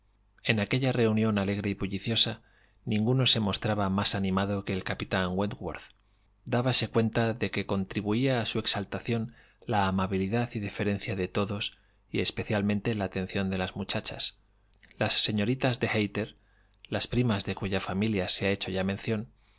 en aquella reunión alegre y bulliciosa ninguno se mostraba más animado que el capitán wentworth dábase cuenta de que contribuía a su exaltación la amabilidad y deferencia de todos y especialmente la atención de las muchachas las señoritas de hayter las primas de cuya familia se ha hecho ya mención